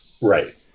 Right